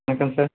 வணக்கம் சார்